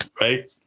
right